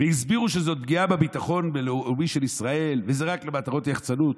והסבירו שזאת פגיעה בביטחון הלאומי של ישראל וזה רק למטרות יחצנות.